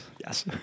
yes